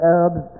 Arabs